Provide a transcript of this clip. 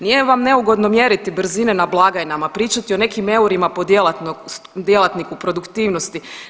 Nije vam neugodno mjeriti brzine na blagajnama, pričati o nekim eurima po djelatniku, produktivnosti.